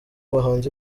bahanzi